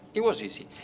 it was easy.